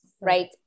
right